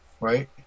Right